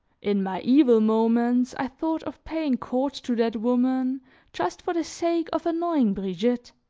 in my evil moments, i thought of paying court to that woman just for the sake of annoying brigitte.